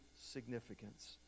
significance